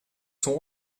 sont